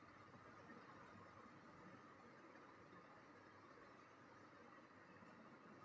सैन्य क्षेत्र में आवश्यक सुदृढ़ीकरण के लिए रक्षा बजट का सामरिक महत्व होता है